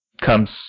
comes